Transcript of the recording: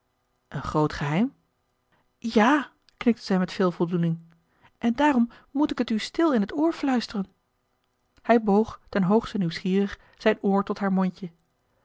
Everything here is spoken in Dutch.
een groot geheim ja knikte zij met veel voldoening en daarom moet ik het u stil in t oor fluisteren hij boog ten hoogste nieuwsgierig zijn oor tot haar mondje